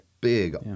big